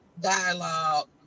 dialogue